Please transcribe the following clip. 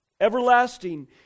everlasting